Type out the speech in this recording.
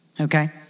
Okay